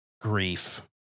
grief